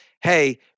Hey